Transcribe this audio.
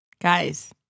guys